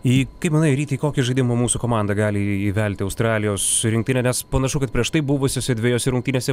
į kaip manai ryti į kokį žaidimą mūsų komanda gali įvelti australijos rinktinę nes panašu kad prieš tai buvusiose dvejose rungtynėse